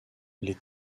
les